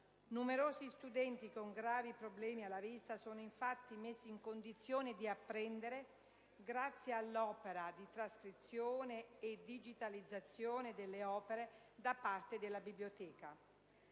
Numerosi studenti con problemi gravi alla vista sono infatti messi in condizione di apprendere, grazie all'opera di trascrizione e digitalizzazione delle opere da parte della Biblioteca.